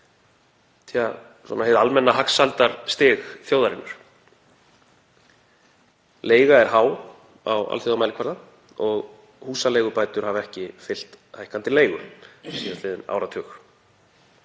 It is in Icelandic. við hið almenna hagsældarstig þjóðarinnar. Leiga er há á alþjóðamælikvarða og húsaleigubætur hafa ekki fylgt hækkandi leigu síðastliðinn áratug.